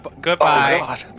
Goodbye